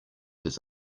his